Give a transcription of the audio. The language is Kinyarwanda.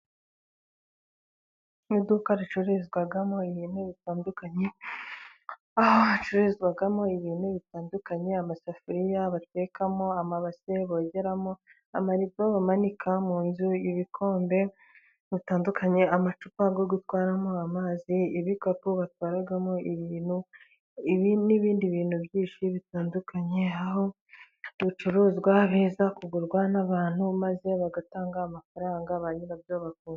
Iduka ricururizwamo ibintu bitandukanye aho hacururizwamo ibintu bitandukanye, amasafuriya batekamo, amabase bogeramo, amarido bamanika mu nzu, ibikombe bitandukanye, amacupa yo gutwaramo amazi, ibikapu batwaramo ibintu, n'ibindi bintu byinshi bitandukanye, aho ibicuruzwa biza kugurwa n'abantu maze bagatanga amafaranga ba nyirabyo bakunguka.